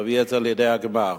להביא את זה לידי הגמר.